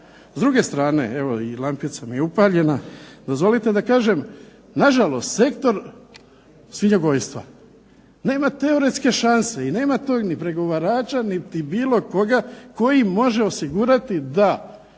S druge strane evo i lampica mi je upaljena, dozvolite da kažem, na žalost sektor svinjogojstva. Nema teoretske šanse i nema tu ni pregovarača niti bilo koga koji može osigurati da